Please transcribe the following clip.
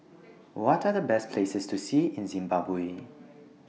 What Are The Best Places to See in Zimbabwe